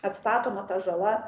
atstatoma ta žala